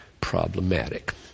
problematic